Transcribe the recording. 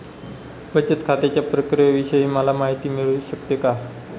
बचत खात्याच्या प्रक्रियेविषयी मला माहिती मिळू शकते का?